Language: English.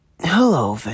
Hello